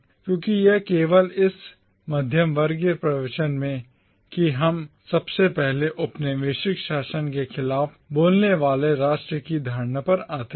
क्योंकि यह केवल इस मध्यवर्गीय प्रवचन में है कि हम सबसे पहले औपनिवेशिक शासन के खिलाफ बोलने वाले राष्ट्र की धारणा पर आते हैं